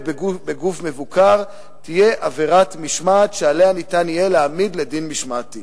בגוף מבוקר תהיה עבירת משמעת שעליה ניתן יהיה להעמיד לדין משמעתי.